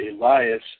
Elias